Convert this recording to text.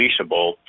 releasable